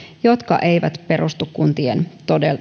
jotka eivät perustu kuntien